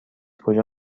کجا